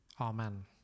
Amen